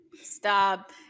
Stop